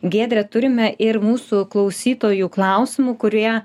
giedre turime ir mūsų klausytojų klausimų kurie